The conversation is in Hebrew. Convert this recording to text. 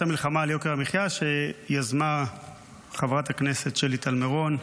והשפעת המלחמה על יוקר המחיה שיזמה חברת הכנסת שלי טל מירון.